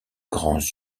grands